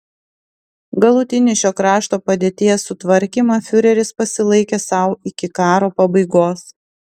galutinį šio krašto padėties sutvarkymą fiureris pasilaikė sau iki karo pabaigos